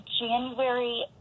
January